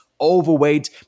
overweight